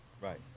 Right